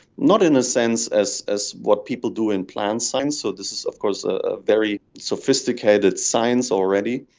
not in a sense as as what people do in plant science, so this is of course a very sophisticated science already,